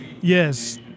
Yes